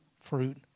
fruit